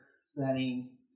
setting